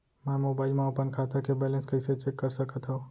मैं मोबाइल मा अपन खाता के बैलेन्स कइसे चेक कर सकत हव?